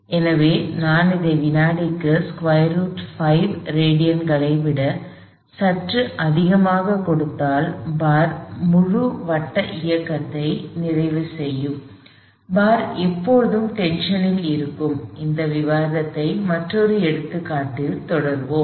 எனவே நான் அதை வினாடிக்கு √5 ரேடியன்களை விட சற்று அதிகமாகக் கொடுத்தால் பார் முழு வட்ட இயக்கத்தை நிறைவு செய்யும் பார் எப்போதும் டென்ஷன் இல் இருக்கும் இந்த விவாதத்தை மற்றொரு எடுத்துக்காட்டில் தொடர்வோம்